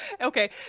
Okay